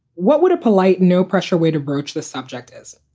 what would a polite, no pressure way to broach the subject is?